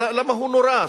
למה הוא נורה,